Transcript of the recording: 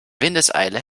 windeseile